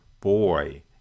boy